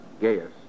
Gaius